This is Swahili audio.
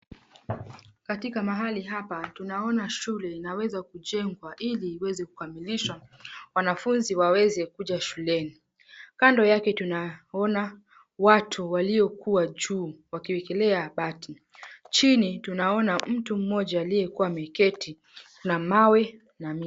Katika mahali hapa tunaona shule inaweza kujengwa ili iweze kukamilishwa. Wanafunzi waweze kuja shuleni. Kando yake tunaona watu waliokuwa juu wakiwekelea bati. Chini tunaona mtu mmoja aliyekuwa ameketi na mawe na nini.